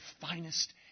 finest